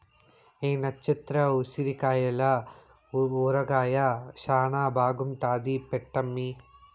ఈ నచ్చత్ర ఉసిరికాయల ఊరగాయ శానా బాగుంటాది పెట్టమ్మీ